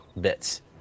bits